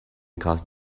cause